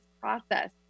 process